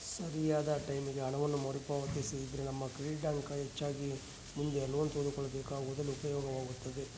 ಸರಿಯಾದ ಟೈಮಿಗೆ ಹಣವನ್ನು ಮರುಪಾವತಿಸಿದ್ರ ನಮ್ಮ ಕ್ರೆಡಿಟ್ ಅಂಕ ಹೆಚ್ಚಾಗಿ ಮುಂದೆ ಲೋನ್ ತೆಗೆದುಕೊಳ್ಳಬೇಕಾದಲ್ಲಿ ಉಪಯೋಗವಾಗುತ್ತದೆ